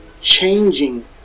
changing